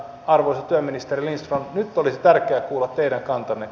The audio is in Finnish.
arvoisa työministeri lindström nyt olisi tärkeää kuulla teidän kantanne